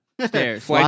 Stairs